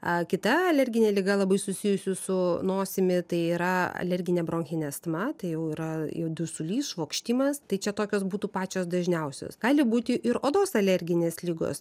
ar kita alergine liga labai susijusi su nosimi tai yra alerginė bronchinė astma tai jau yra jau dusulys švokštimas tai čia tokios būtų pačios dažniausios gali būti ir odos alerginės ligos